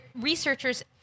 researchers